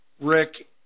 Rick